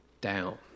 down